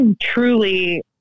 truly